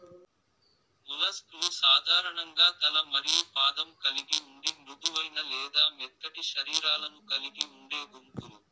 mollusc లు సాధారణంగా తల మరియు పాదం కలిగి ఉండి మృదువైన లేదా మెత్తటి శరీరాలను కలిగి ఉండే గుంపులు